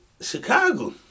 Chicago